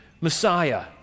Messiah